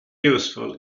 useful